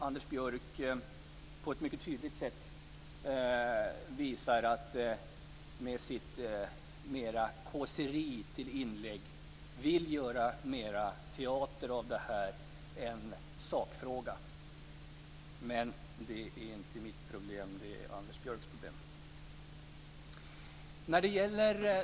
Anders Björck har med sitt mera kåseri till inlägg visat att han vill göra mer teater av detta än att diskutera sakfrågan. Men det är inte mitt problem.